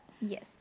Yes